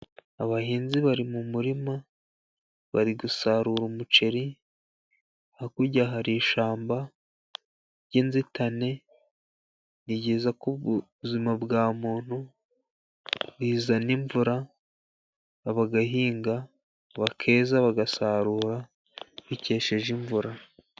Abahinzi bari mu murima bari gusarura umuceri, hakurya hari ishyamba ry'inzitane, ni ryiza ku buzima bwa muntu rizana imvura bagahinga, bakeza ,bagasarura bikesheje imvura.